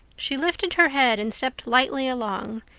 she lifted her head and stepped lightly along,